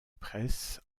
presse